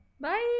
bye